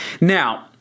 Now